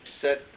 set